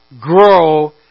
grow